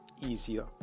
easier